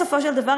בסופו של דבר,